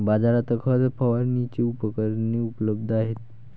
बाजारात खत फवारणीची उपकरणे उपलब्ध आहेत